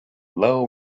low